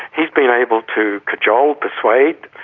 he's been able to cajole, persuade,